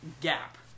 gap